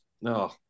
No